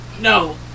No